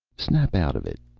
snap out of it.